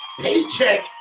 paycheck